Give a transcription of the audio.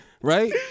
right